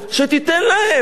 שתיתן להם.